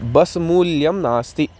bus मूल्यं नास्ति